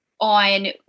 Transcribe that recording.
on